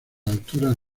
alturas